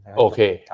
okay